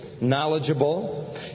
knowledgeable